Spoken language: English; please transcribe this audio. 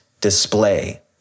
display